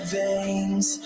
veins